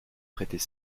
prêtait